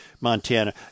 Montana